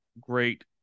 great